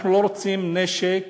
אנחנו לא רוצים נשק